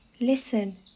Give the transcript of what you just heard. Listen